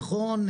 נכון,